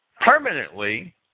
permanently